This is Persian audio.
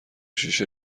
شیشه